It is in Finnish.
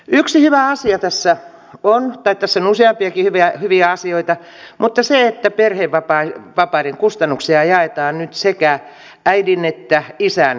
yksi hyvä asia tässä on tai tässä on useampiakin hyviä asioita se että perhevapaiden kustannuksia jaetaan nyt sekä äidin että isän työnantajalle